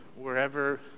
wherever